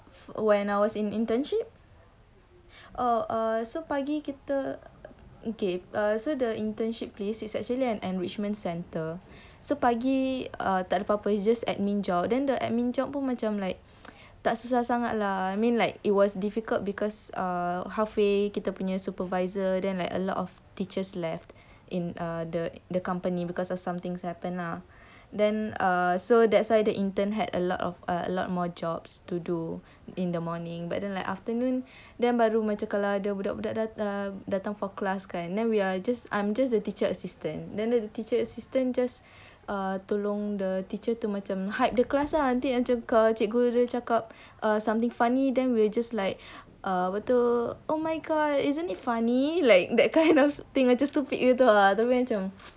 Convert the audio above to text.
when I was in internship oh uh so pagi kita okay uh so the internship place is actually at enrichment centre so pagi uh tak ada apa-apa it's just admin job then the admin job pun macam like tak susah sangat lah I mean like it was difficult because halfway kita punya supervisor then like a lot of teachers left in uh the company because of some things happen uh then uh so that's why the intern had a lot a lot more jobs to do in the morning but then like afternoon then baru macam kalau ada budak-budak datang for class kan then we are just I'm the teacher's assistant then the teacher assistant just uh tolong the teacher to just hype the class nanti kalau cikgu dia cakap something funny then we're just like uh apa tu oh my god isn't it funny like that kind of thing lah macam stupid gitu tapi macam